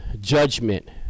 judgment